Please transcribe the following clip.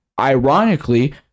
ironically